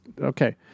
Okay